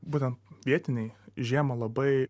būtent vietiniai žiemą labai